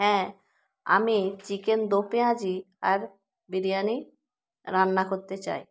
হ্যাঁ আমি চিকেন দো পেঁয়াজি আর বিরিয়ানি রান্না করতে চাই